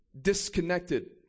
disconnected